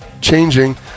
changing